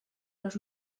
los